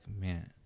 man